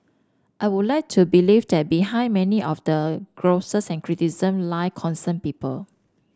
I would like to believe that behind many of the grouses and criticisms lie concerned people